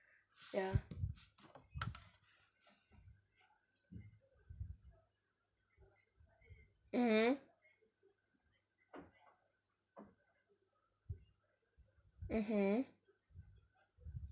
mmhmm mmhmm